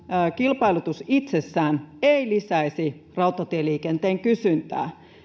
kilpailutus itsessään ei lisäisi rautatieliikenteen kysyntää